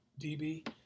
DB